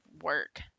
work